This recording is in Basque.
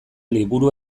liburu